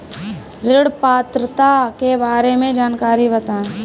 ऋण पात्रता के बारे में जानकारी बताएँ?